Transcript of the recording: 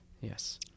Yes